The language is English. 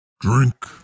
drink